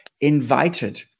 invited